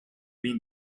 been